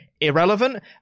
irrelevant